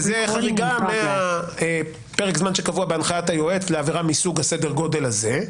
שזה חריגה מפרק הזמן שקבוע בהנחיית היועץ לעבירה מסוג הסדר גודל הזה,